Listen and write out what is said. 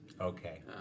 Okay